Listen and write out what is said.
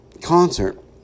concert